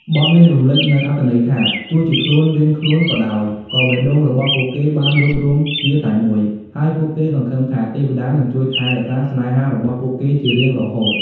បទនេះរំលេចនូវអត្ថន័យថា ទោះជាខ្លួនរៀងខ្លួនក៏ដោយ ក៏បេះដូងរបស់ពួកគេបានរួបរួមជាតែមួយ ហើយពួកគេសង្ឃឹមថា ទេវតានឹងជួយថែរក្សាស្នេហារបស់ពួកគេជារៀងរហូត។